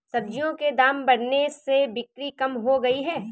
सब्जियों के दाम बढ़ने से बिक्री कम हो गयी है